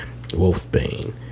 Wolfbane